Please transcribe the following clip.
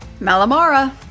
Malamara